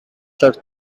church